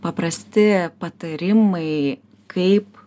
paprasti patarimai kaip